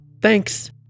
Thanks